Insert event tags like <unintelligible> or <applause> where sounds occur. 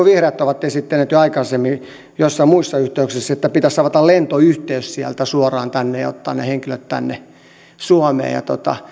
<unintelligible> vihreät ovat esittäneet jo aikaisemmin joissain muissa yhteyksissä että pitäisi avata lentoyhteys sieltä suoraan tänne ja ottaa ne henkilöt tänne suomeen ja